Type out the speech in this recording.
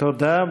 תודה.